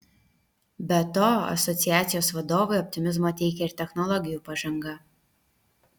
be to asociacijos vadovui optimizmo teikia ir technologijų pažanga